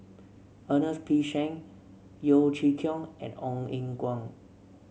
Ernest P Shank Yeo Chee Kiong and Ong Eng Guan